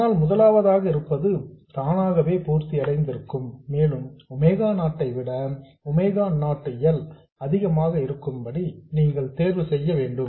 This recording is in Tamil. அதனால் முதலாவதாக இருப்பது தானாகவே பூர்த்தி அடைந்திருக்கும் மேலும் ஒமேகா நாட் C ஐ விட ஒமேகா நாட் L அதிகமாக இருக்கும்படி நீங்கள் தேர்வு செய்ய வேண்டும்